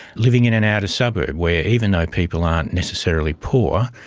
living in an outer suburb where even though people aren't necessarily poor,